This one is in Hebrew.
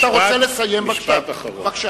אתה רוצה לסיים, בבקשה.